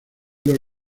los